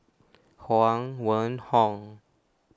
Huang Wenhong